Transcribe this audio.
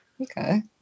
Okay